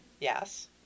Yes